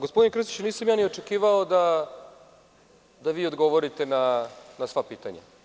Gospodine Krstiću, nisam ja ni očekivao da vi odgovorite na sva pitanja.